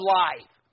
life